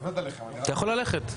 אתה יכול ללכת.